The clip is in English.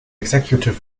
executive